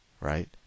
right